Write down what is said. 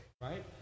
right